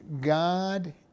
God